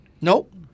Nope